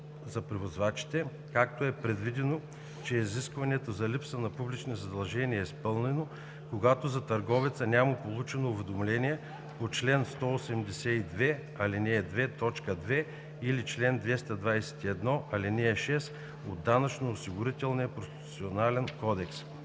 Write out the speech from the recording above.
за превозвачите, като е предвидено, че изискването за липса на публични задължения е изпълнено, когато за търговеца няма получено уведомление по чл. 182, ал. 2, т. 2 или чл. 221, ал. 6 от Данъчно-осигурителния процесуален кодекс.